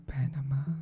Panama